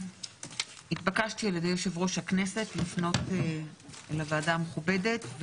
התבקשתי על ידי יושב-ראש הכנסת לפנות לוועדה המכובדת,